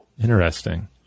Interesting